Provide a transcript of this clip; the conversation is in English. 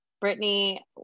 Brittany